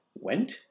went